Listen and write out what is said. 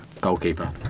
Goalkeeper